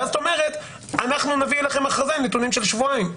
ואז את אומרת אנחנו נביא לכם הכרזה עם נתונים של שבועיים.